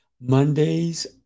Mondays